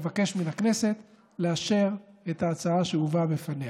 אני מבקש מן הכנסת לאשר את ההצעה שהובאה בפניה.